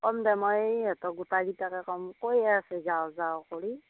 কম দে মই সিহেঁতক গোটাই গিতাকে কম কৈয়ে আছেই যাওঁ যাওঁ কৰি